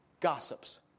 gossips